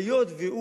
היות שהוא